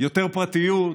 יותר פרטיות,